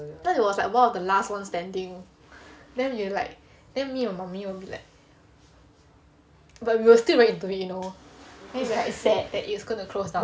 cause it was like one of the last ones standing then we like then me and mummy will be like but we were still very into it you know then it's like sad that it was going to close down